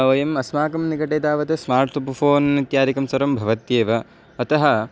वयम् अस्माकं निकटे तावत् स्मार्ट् फ़ोन् इत्यादिकं सर्वं भवत्येव अतः